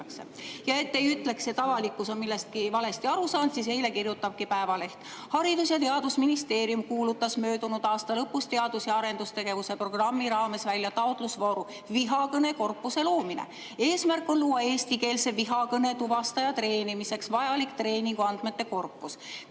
et te ei ütleks, et avalikkus on millestki valesti aru saanud, siis eile kirjutabki Eesti Päevaleht: "Haridus- ja teadusministeerium kuulutas möödunud aasta lõpus teadus- ja arendustegevuse programmi raames välja taotlusvooru "Vihakõne korpuse loomine". Eesmärk on luua eestikeelse vihakõne tuvastaja treenimiseks vajalik treeninguandmete korpus.